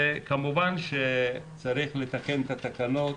כמובן שצריך לתקן את התקנות,